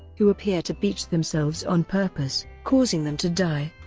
who appear to beach themselves on purpose, causing them to die.